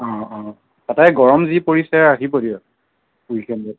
তাতে গৰম যি পৰিছে আহিব সি আৰু ৱিকেণ্ডত